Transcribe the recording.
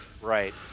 Right